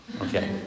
okay